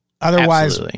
Otherwise